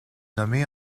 nommée